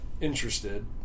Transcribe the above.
interested